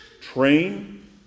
train